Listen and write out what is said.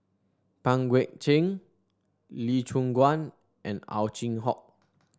Pang Guek Cheng Lee Choon Guan and Ow Chin Hock